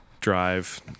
drive